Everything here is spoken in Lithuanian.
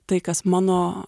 tai kas mano